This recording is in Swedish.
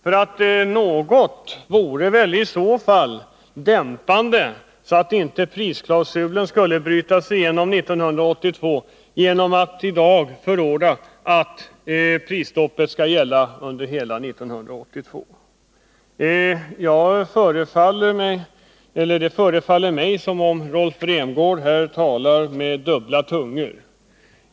Om något vore dämpande — så att prisklausulen inte löses ut — vore det väl att bestämma att prisstoppet skall gälla under hela 1982. Det förefaller mig som om Rolf Rämgård här talar med dubbel tunga.